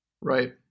right